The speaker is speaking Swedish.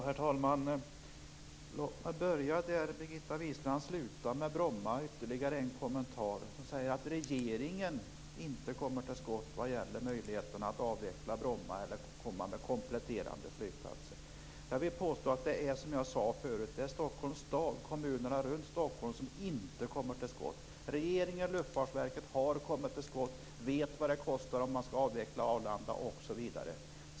Herr talman! Låt mig börja där Birgitta Wistrand slutade, nämligen med Bromma. Hon sade att regeringen inte kommer till skott vad gäller möjligheten att avveckla Bromma eller komma med kompletterande flygplatser. Jag vill vidhålla det jag sade förut: Det är Stockholms stad och kommunerna runt Stockholm som inte kommer till skott. Regeringen och Luftfartsverket har kommit till skott, vet vad det kostar att avveckla Arlanda osv.